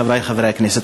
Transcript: חברי חברי הכנסת,